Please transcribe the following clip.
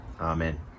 Amen